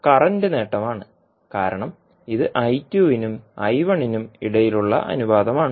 current നേട്ടമാണ് കാരണം ഇത് നും നും ഇടയിലുള്ള അനുപാതമാണ്